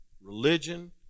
religion